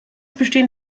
bestehen